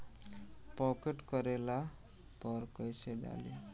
Pocket करेला पर कैसे डाली?